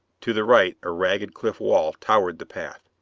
to the right a ragged cliff wall towered the path.